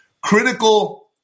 critical